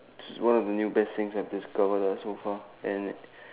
is one of the new best thing I have discover lah so far and